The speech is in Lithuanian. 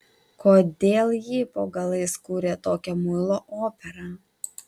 kodėl ji po galais kuria tokią muilo operą